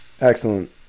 excellent